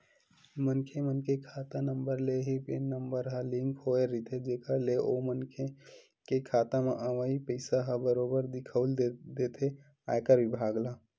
मनखे मन के खाता नंबर ले ही पेन नंबर ह लिंक होय रहिथे जेखर ले ओ मनखे के खाता म अवई पइसा ह बरोबर दिखउल देथे आयकर बिभाग ल